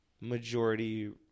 majority